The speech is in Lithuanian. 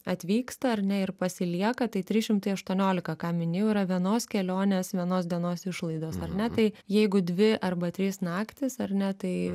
atvyksta ar ne ir pasilieka tai trys šimtai aštuoniolika ką minėjau yra vienos kelionės vienos dienos išlaidos ar ne tai jeigu dvi arba trys naktys ar ne tai